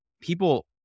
people